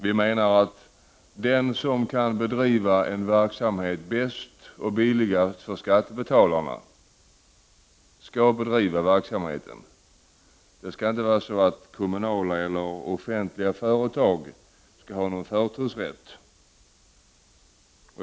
Vi menar att den som kan bedriva en verksamhet bäst och billigast för skattebetalarna skall bedriva verksamheten. Kommunala eller offentliga företag skall inte ha någon förtursrätt till den.